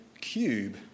cube